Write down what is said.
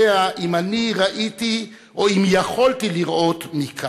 אם אני ראיתי או אם יכולתי לראות מכאן.